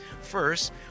First